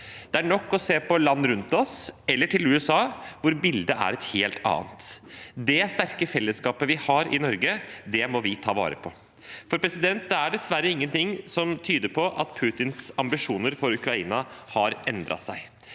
Det er nok å se på land rundt oss, eller til USA, hvor bildet er et helt annet. Det sterke fellesskapet vi har i Norge, må vi ta vare på, for det er dessverre ingenting som tyder på at Putins ambisjoner for Ukraina har endret seg.